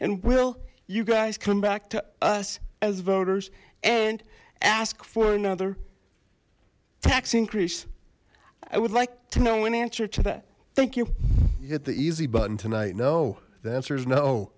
and will you guys come back to us as voters and ask for another tax increase i would like to know an answer to that thank you you hit the easy button tonight no the answer's no